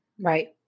right